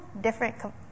different